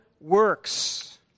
works